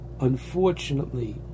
unfortunately